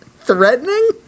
Threatening